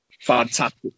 fantastic